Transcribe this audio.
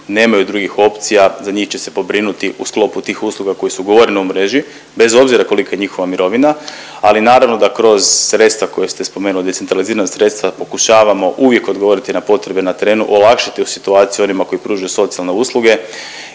nemaju drugih opcija za njih će se pobrinuti u sklopu tih usluga koje su ugovorene u mreži bez obzira kolika je njihova mirovina ali naravno da kroz sredstva koja ste spomenuli, decentralizirana sredstva pokušavamo uvijek odgovoriti na potrebe na terenu, olakšati situaciju onima koji pružaju socijalne usluge.